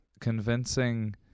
convincing